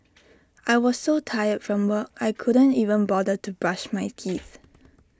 I was so tired from work I couldn't even bother to brush my teeth